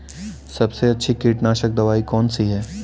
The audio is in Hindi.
सबसे अच्छी कीटनाशक दवाई कौन सी है?